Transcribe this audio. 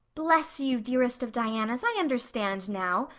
bless you, dearest of dianas, i understand now.